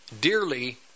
dearly